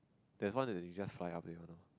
there is one where you just fly up there one loh